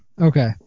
Okay